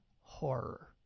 horror